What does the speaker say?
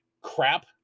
crap